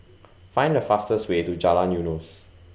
Find The fastest Way to Jalan Eunos